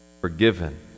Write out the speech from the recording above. Forgiven